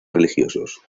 religiosos